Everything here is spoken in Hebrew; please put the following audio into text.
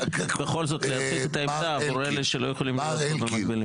בכל זאת להציג את העמדה עבור אלה שלא יכולים להיות פה במקביל.